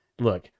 look